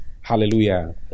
Hallelujah